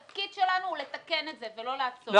והתפקיד שלנו הוא לתקן את זה ולא לעצור את זה,